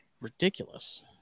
ridiculous